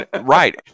right